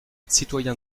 citoyens